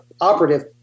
operative